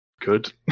good